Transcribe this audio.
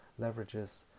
leverages